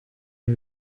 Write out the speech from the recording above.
est